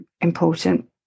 important